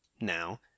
now